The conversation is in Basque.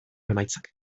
emaitzak